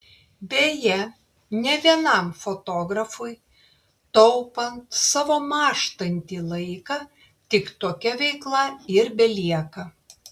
beje ne vienam fotografui taupant savo mąžtantį laiką tik tokia veikla ir belieka